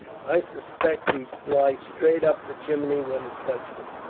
i suspict he'd fly straight up the chimney, when it touched him.